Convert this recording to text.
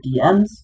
dms